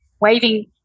waving